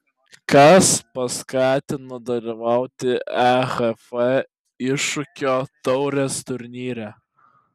kas paskatino dalyvauti ehf iššūkio taurės turnyre